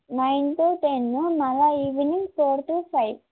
nine to ten మళ్ళీ evening four to five